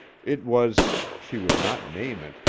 it was she would not name it,